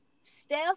Steph